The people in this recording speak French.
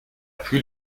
plus